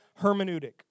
hermeneutic